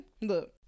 look